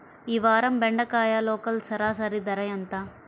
ఈ వారం బెండకాయ లోకల్ సరాసరి ధర ఎంత?